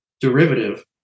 derivative